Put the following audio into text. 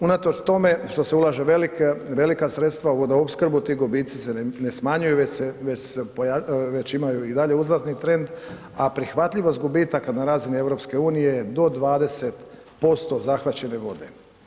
Unatoč tome što se ulaže velika sredstva u vodoopskrbu ti gubici se ne smanjuju već se, već imaju i dalje uzlazni trend, a prihvatljivost gubitaka na razini EU je do 20% zahvaćene vode.